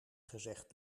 gezegd